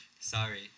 sorry